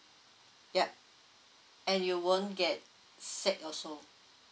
yup and you won't get set also